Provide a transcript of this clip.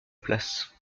place